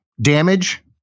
damage